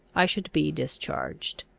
i should be discharged.